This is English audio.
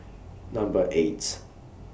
Number eight